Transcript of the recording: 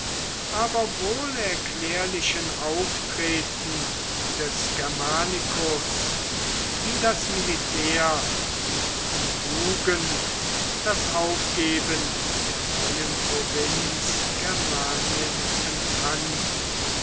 aber wohl erklärlichen auftreten des germanicus wie das militär und die jugend das aufgeben der neuen provinz germanien empfanden